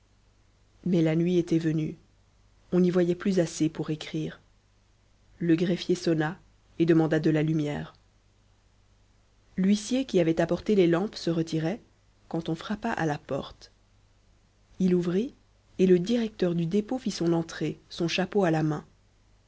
mais la nuit était venue on n'y voyait plus assez pour écrire le greffier sonna et demanda de la lumière l'huissier qui avait apporté les lampes se retirait quand on frappa à la porte il ouvrit et le directeur du dépôt fit son entrée son chapeau à la main